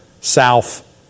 south